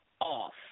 off